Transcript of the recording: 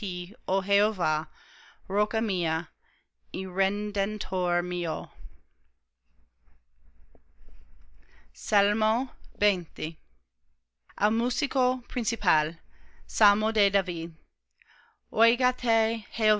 roca mía y redentor mío al músico principal salmo de david